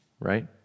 Right